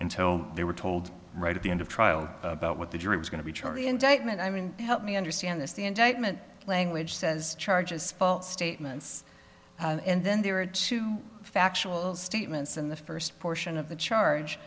until they were told right at the end of trial about what the jury was going to be charge the indictment i mean help me understand this the indictment language says charges false statements and then there are two factual statements in the first portion of the charge